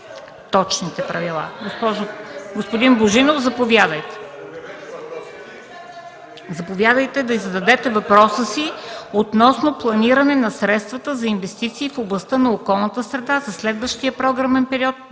Велчев.) Господин Божинов, заповядайте да зададете въпроса си относно планиране на средствата за инвестиции в областта на околната среда за следващия програмен период